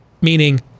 meaning